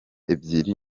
ebyiri